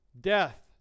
Death